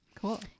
Cool